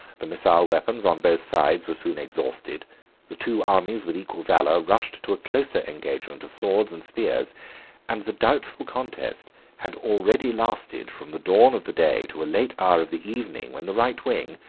the missile weapons on both sides were soon exhausted the two armies, with equal valor, rushed to a closer engagement of swords and spears and the doubtful contest had already lasted from the dawn of the day to a late hour of the evening, when the right wing,